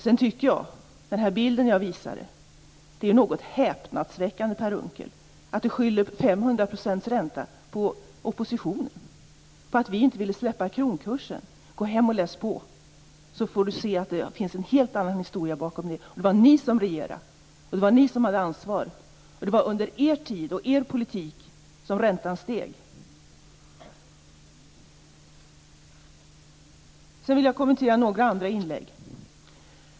Vad gäller den bild jag visade är det något häpnadsväckande att Per Unckel skyller 500 % ränta på oppositionen, på att vi inte ville släppa kronkursen. Om Per Unckel går hem och läser på skall han få se att det finns en helt annan historia bakom detta. Det var ni som regerade. Det var ni som hade ansvaret. Det var under er tid och med er politik som räntan steg. Sedan vill jag kommentera några andra inlägg.